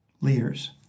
leaders